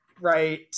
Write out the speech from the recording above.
right